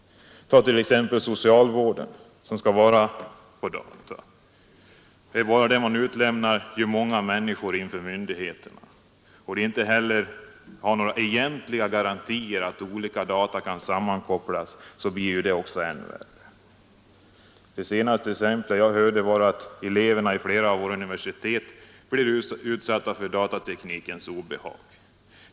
Ta t.ex. socialvården som skall vara på data. Bara detta utlämnar ju många människor inför myndigheterna. Och då vi inte heller har några egentliga garantier mot att olika data kan sammankopplas så blir detta än värre. Senaste exemplet jag hörde om var att studenterna vid flera av våra universitet blir utsatta för datateknikens obehag.